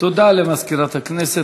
תודה למזכירת הכנסת.